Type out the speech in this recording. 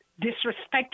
disrespect